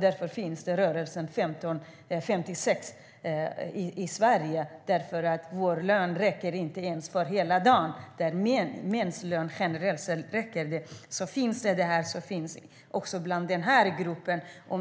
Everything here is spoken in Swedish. Därför finns 15:56-rörelsen i Sverige. Vår lön räcker inte ens hela dagen, medan mäns lön generellt sett räcker. Det problemet finns också i den här gruppen.